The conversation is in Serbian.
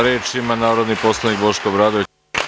Reč ima narodni poslanik Boško Obradović.